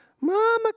Mama